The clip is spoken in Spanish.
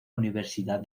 universidad